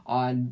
on